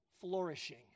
flourishing